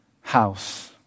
house